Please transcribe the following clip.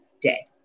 day